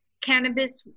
cannabis